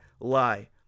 lie